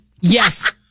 Yes